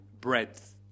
breadth